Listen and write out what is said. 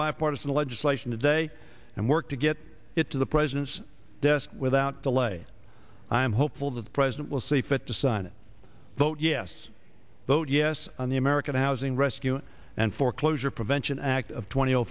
bipartisan legislation today and work to get it to the president's desk without delay i am hopeful that the president will see fit to sign it vote yes vote yes on the american housing rescue and foreclosure prevention act of twenty